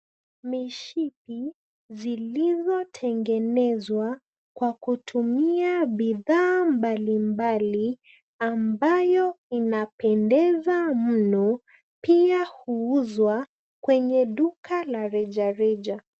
Mishipi zilizotengenezwa kwa kutumia bidhaa mbalimbali ambayo inapendeza mno pia huuzwa kwenye duka la rejareja.